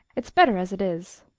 it's better as it is.